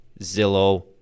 Zillow